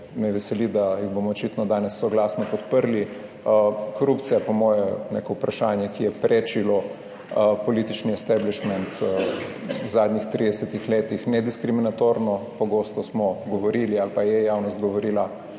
me veseli, da jih bomo očitno danes soglasno podprli. Korupcija je po moje neko vprašanje, ki je prečilo politični establishment v zadnjih 30 letih ne diskriminatorno. Pogosto smo govorili ali pa je javnost govorila